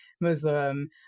muslim